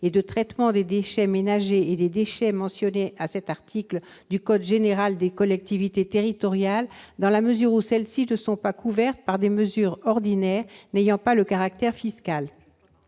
et de traitement des déchets ménagers et des déchets mentionnés à l'article L. 2224-14 du code général des collectivités territoriales, dans la mesure où celles-ci ne sont pas couvertes par des recettes ordinaires n'ayant pas le caractère fiscal